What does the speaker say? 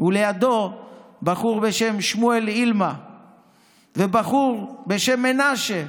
ולידו בחור בשם שמואל אילמה ובחור בשם מנשה.